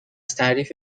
تعریف